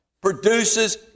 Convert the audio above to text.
produces